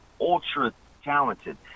ultra-talented